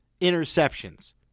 interceptions